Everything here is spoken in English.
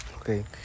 okay